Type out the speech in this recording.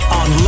on